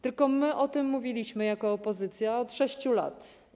Tylko my o tym mówiliśmy jako opozycja od 6 lat.